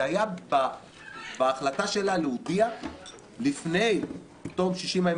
זה היה בהחלטה שלה להודיע לפני תום 60 הימים,